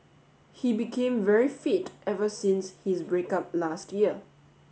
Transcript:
he became very fit ever since his break up last year